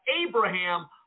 abraham